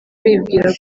bibwira